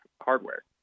hardware